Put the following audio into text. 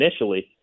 initially